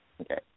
Okay